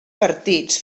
partits